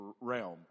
realm